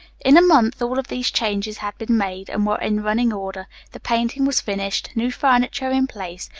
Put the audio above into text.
in a month all of these changes had been made, and were in running order the painting was finished, new furniture in place,